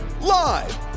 Live